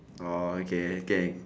oh okay K